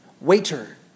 Waiter